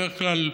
בדרך כלל,